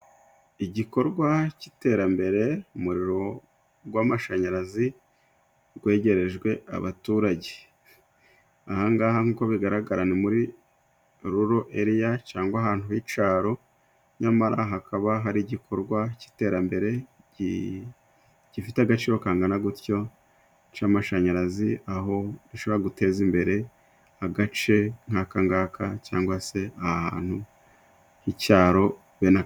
Igikorwa cy'iterambere, umuriro w'amashanyarazi, wegerejwe abaturage, ahangaha ko bigaragara muri ruro ereya, cyangwa ahantu h'icyaro, nyamara hakaba hari igikorwa cy'iterambere, gifite agaciro kangana gutyo, c'amashanyarazi, aho bishobora guteza imbere agace nk'akangaka, cyangwa se ahantu h'icyaro.